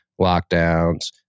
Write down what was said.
lockdowns